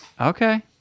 okay